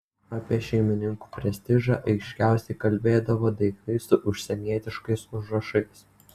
apie šeimininkų prestižą aiškiausiai kalbėdavo daiktai su užsienietiškais užrašais